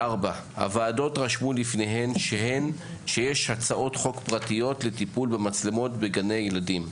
הוועדות רשמו לפניהן שיש הצעות חוק פרטיות לטיפול במצלמות בגני ילדים.